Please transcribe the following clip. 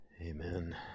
Amen